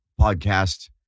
podcast